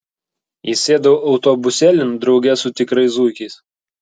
įsėdau autobusėlin drauge su tikrais zuikiais